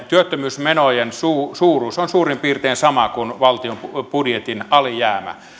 työttömyysmenojen suuruus suuruus on suurin piirtein sama kuin valtion budjetin alijäämä